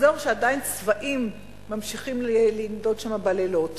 אזור שעדיין צבאים ממשיכים לנדוד שם בלילות.